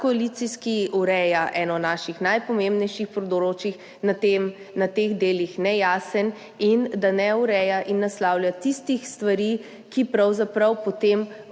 nadkoalicijski, ureja eno naših najpomembnejših področij, na teh delih nejasen in da ne ureja in naslavlja tistih stvari, ki so pravzaprav potem